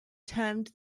termed